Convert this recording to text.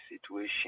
situation